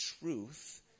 truth